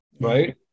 right